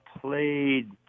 played